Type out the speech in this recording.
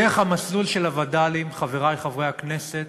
דרך המסלול של הווד"לים, חברי חברי הכנסת,